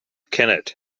kennett